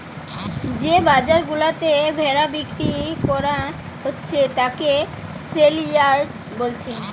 যে বাজার গুলাতে ভেড়া বিক্রি কোরা হচ্ছে তাকে সেলইয়ার্ড বোলছে